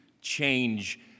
change